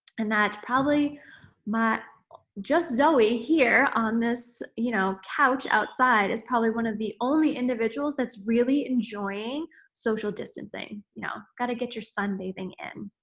and that probably my just zoey here on this you know couch side is probably one of the only individuals that's really enjoying social distancing. you know gotta get your sunbathing in,